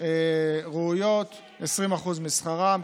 ראויות 20% משכרם,